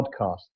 podcast